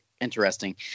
interesting